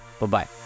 Bye-bye